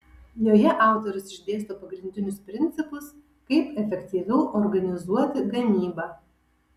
joje autorius išdėsto pagrindinius principus kaip efektyviau organizuoti gamybą